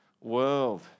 world